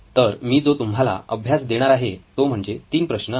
तर मी जो तुम्हाला अभ्यास देणार आहे तो म्हणजे 3 प्रश्न आहेत